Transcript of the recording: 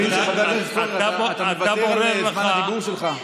שאתה מוותר על זמן הדיבור שלך.